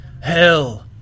Hell